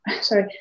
sorry